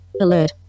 Alert